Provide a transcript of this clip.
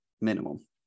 minimum